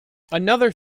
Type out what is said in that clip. another